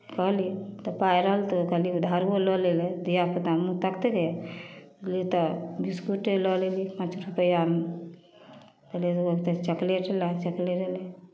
कहलियै तऽ पाइ रहल तऽ कहलियै उधारो लऽ लेलियै धियापुता मूँह तकतै रहय गेली तऽ बिस्कुटे लऽ लेली पाँच रुपैआमे कहलियै चोकलेट ला चोकलेटे लयली